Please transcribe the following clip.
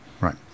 Right